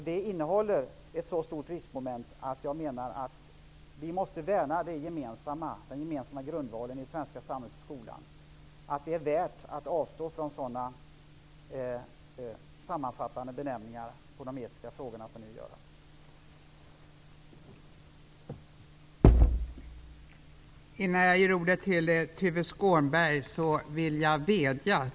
Det innehåller ett så stort riskmoment att jag menar att vi måste värna den gemensamma grundvalen i det svenska samhället och i skolan, att det är värt att avstå från sådana sammanfattande benämningar på de etiska frågorna som ni vill göra.